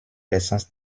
essence